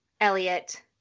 Elliot